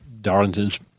Darlington's